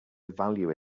value